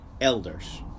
elders